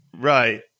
Right